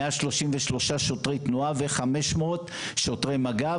133 שוטרי תנועה ו-500 שוטרי מג"ב,